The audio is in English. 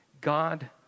God